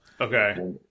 okay